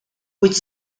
kuid